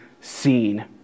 seen